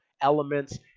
elements